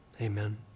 Amen